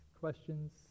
questions